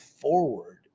forward